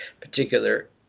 particular